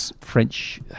French